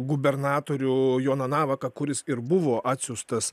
gubernatorių joną navaką kuris ir buvo atsiųstas